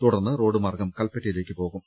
തുടർന്ന് റോഡ് മാർഗം കൽപ്പറ്റയിലേക്ക് പോകും